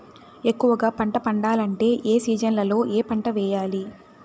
ఎక్కువగా పంట పండాలంటే ఏ సీజన్లలో ఏ పంట వేయాలి